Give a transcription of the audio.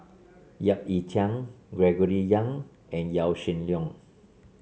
Yap Ee Chian Gregory Yong and Yaw Shin Leong